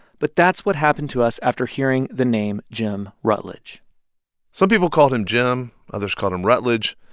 but that's what happened to us after hearing the name jim rutledge some people called him jim. others called him rutledge.